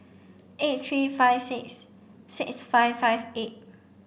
eight three five six six five five eight